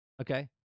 Okay